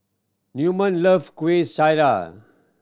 Newman love Kueh Syara